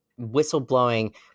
whistleblowing